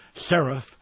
seraph